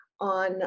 on